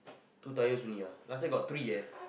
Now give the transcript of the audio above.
two tires only ah last time got three